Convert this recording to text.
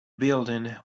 building